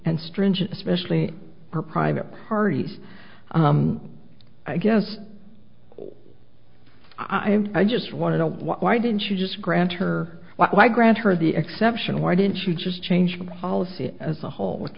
and stringent especially for private parties i guess i and i just want to know why didn't you just grant her why grant her the exception why didn't she just change the policy as a whole with